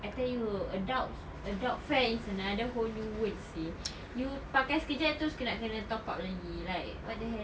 I tell you adults adult fare is another whole new world seh you pakai sekejap terus kena top up lagi right what the hell